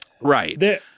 Right